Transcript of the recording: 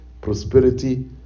prosperity